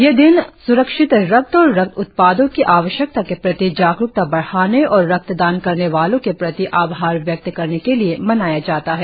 यह दिन स्रक्षित रक्त और रक्त उत्पादो की आवश्यकता के प्रति जागरुकता बढ़ाने और रक्तदान करने वालों के प्रति आभार व्यक्त करने के लिए मानाया जाता है